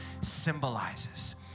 symbolizes